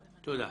תודה.